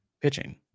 pitching